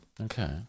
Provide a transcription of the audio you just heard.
okay